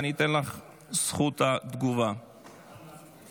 אני קובע כי הצעת חוק תיקון פקודת בתי הסוהר (הוראת שעה,